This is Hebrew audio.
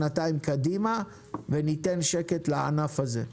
שנתיים קדימה וניתן שקט לענף הזה.